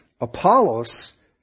Apollos